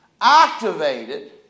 activated